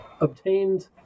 obtained